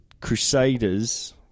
Crusaders